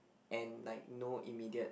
and like no immediate